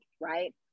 right